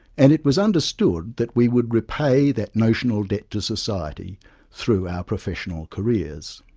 and it was understood that we would repay that notional debt to society through our professional careers.